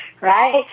right